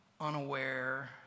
unaware